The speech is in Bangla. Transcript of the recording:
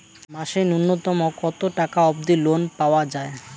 মাসে নূন্যতম কতো টাকা অব্দি লোন পাওয়া যায়?